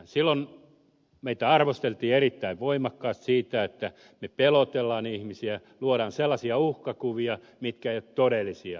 silloin meitä arvosteltiin erittäin voimakkaasti siitä että me pelottelemme ihmisiä luomme sellaisia uhkakuvia mitkä eivät ole todellisia